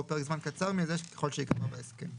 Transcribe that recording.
או פרק זמן קצר מזה ככל שייקבע בהסכם,";